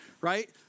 right